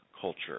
culture